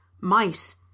Mice